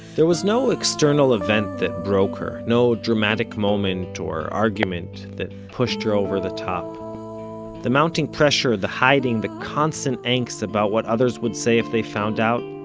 there was no external event that broke her. no dramatic moment, or argument, that pushed her over the top the mounting pressure, the hiding, the constant angst about what others would say if they found out,